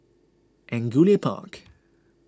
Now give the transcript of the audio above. Angullia Park